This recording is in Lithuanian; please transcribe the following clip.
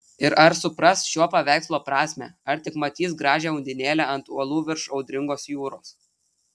ir ar supras šio paveikslo prasmę ar tik matys gražią undinėlę ant uolų virš audringos jūros